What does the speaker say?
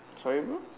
sorry bro